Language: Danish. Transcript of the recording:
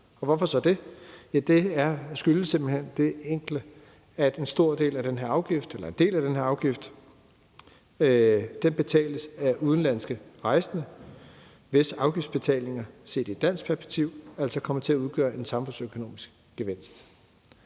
stor del af den her afgift eller en del af den her afgift betales af udenlandske rejsende, hvis afgiftsbetalinger set i et dansk perspektiv altså kommer til at udgøre en samfundsøkonomisk gevinst.